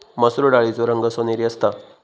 मसुर डाळीचो रंग सोनेरी असता